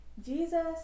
Jesus